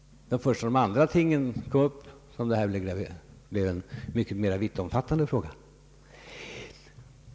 Det var först sedan de andra tingen kommit upp, som detta blev en mycket mera vittomfattande fråga.